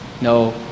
no